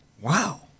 Wow